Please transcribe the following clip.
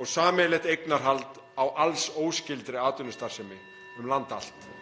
og sameiginlegt eignarhald á alls óskyldri atvinnustarfsemi um land allt.